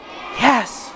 Yes